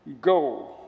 Go